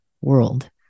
world